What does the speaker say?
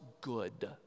good